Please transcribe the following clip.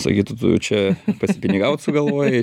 sakytų čia pasipinigaut sugalvojai